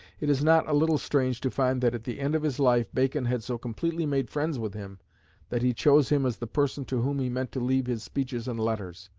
it is not a little strange to find that at the end of his life bacon had so completely made friends with him that he chose him as the person to whom he meant to leave his speeches and letters,